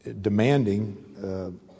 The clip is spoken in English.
demanding